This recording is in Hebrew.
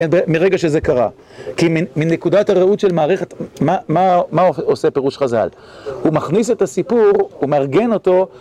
מרגע שזה קרה, כי מנקודת הראות של מערכת, מה עושה פירוש חז"ל? הוא מכניס את הסיפור, הוא מארגן אותו...